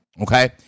Okay